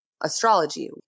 astrology